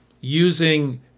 using